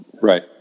Right